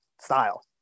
style